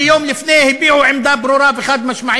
שיום לפני כן הביעו עמדה ברורה וחד-משמעית,